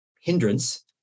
hindrance